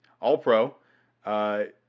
All-pro